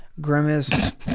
Grimace